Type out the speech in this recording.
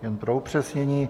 Jen pro upřesnění.